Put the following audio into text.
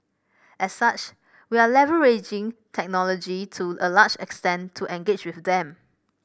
as such we are leveraging technology to a large extent to engage with them